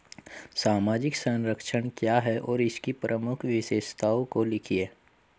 सामाजिक संरक्षण क्या है और इसकी प्रमुख विशेषताओं को लिखिए?